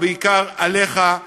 ובעיקר עליך,